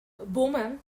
bowman